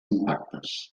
impactes